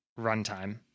runtime